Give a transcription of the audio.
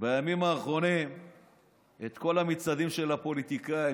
בימים האחרונים את כל המצעדים של הפוליטיקאים,